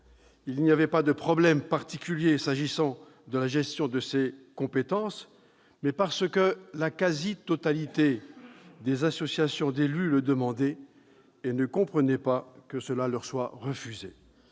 n'y avait pas de problèmes particuliers s'agissant de la gestion de ces compétences, mais aussi parce que la quasi-totalité des associations d'élus le demandait et ne comprenait pas que cela leur soit refusé.